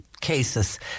cases